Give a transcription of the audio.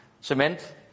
cement